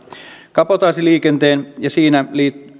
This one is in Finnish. kabotaasiliikenteen ja siinä